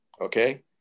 Okay